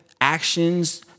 actions